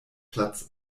platz